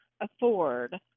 afford